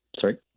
Sorry